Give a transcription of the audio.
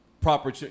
proper